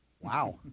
Wow